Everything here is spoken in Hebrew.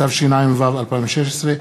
התשע"ו 2016,